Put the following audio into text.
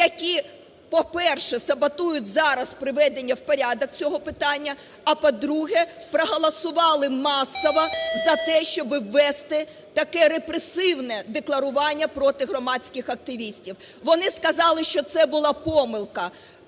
які, по-перше, саботують зараз приведення в порядок цього питання, а по-друге, проголосували масово за те, щоб ввести таке репресивне декларування проти громадських активістів. Вони сказали, що це була помилка,